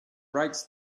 writes